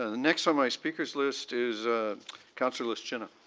ah next on my speakers list is ah councillor lishchyna.